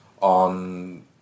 on